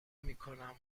میکنم